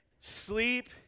sleep